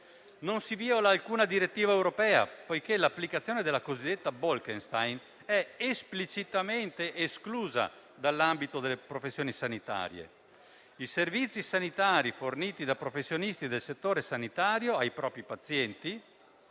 Non si viola alcuna direttiva europea, perché l'applicazione della cosiddetta Bolkestein è esplicitamente esclusa dall'ambito delle professioni sanitarie. L'esclusione riguarda i servizi sanitari forniti da professionisti del settore sanitario ai propri pazienti